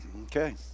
Okay